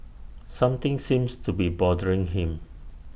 something seems to be bothering him